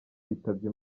yitabye